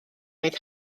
oedd